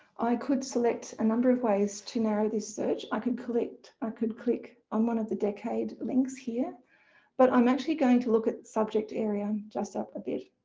i could select a number of ways to narrow this search, i could collect, i could click on one of the decade links here but i'm actually going to look at the subject area, just up a bit,